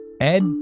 Ed